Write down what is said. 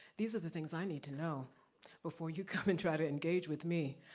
these are the things i need to know before you come and try to engage with me.